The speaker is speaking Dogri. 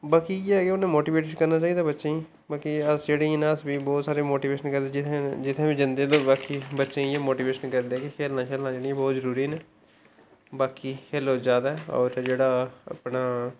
बाकी इ'यै हा कि उ'नें मोटीबेट करना चाहिदा बच्चें गी बाकी अस जेहड़े ना अस बी बहुत सारा मोटीबेशन करदे हा जित्थै बी जंदे तां बच्चेै गी इ'ये मोटीवेशन करदे की खेला जेहड़ियां ना बहूत जरुरी ना बाकी खेलो ज्यादा जेह्ड़ा अपना